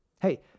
hey